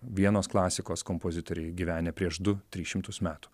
vienos klasikos kompozitoriai gyvenę prieš du tris šimtus metų